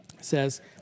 says